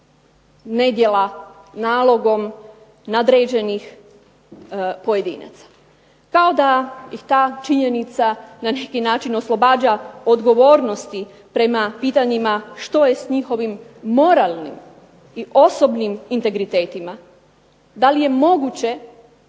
nedjela nalogom nadređenih pojedinaca, kao da ih ta činjenica na neki način oslobađa odgovornosti prema pitanjima što je s njihovim moralnim i osobnim integritetima, da li je moguće